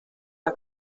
las